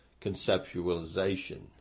conceptualization